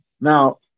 Now